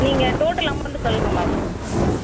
நீங்கள் total amount சொல்லுங்கள் ma'am